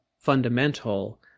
fundamental